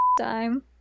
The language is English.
time